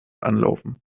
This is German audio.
anlaufen